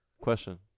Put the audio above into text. Question